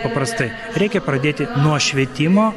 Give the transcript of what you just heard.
paprastai reikia pradėti nuo švietimo